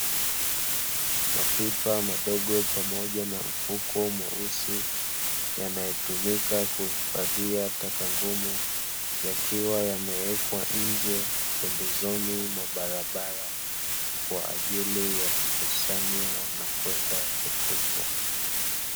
Mapipa madogo pamoja na mfuko mweusi yanayotumika kuhifadhia taka ngumu, yakiwa yamewekwa nje pembezoni mwa barabara kwa ajili ya kukusanywa na kwenda kutupwa.